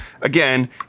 again